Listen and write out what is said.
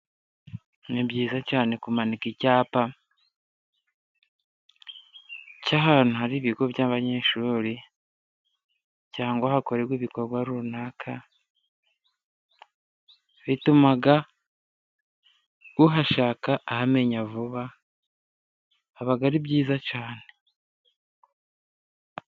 Ni byiza cyane kumanika icyapa cy'ahantu hari ibigo by'abanyeshuri, cyangwa hakorerwa ibikorwa runaka, bituma uhashaka ahamenya vuba biba ari byiza cyane.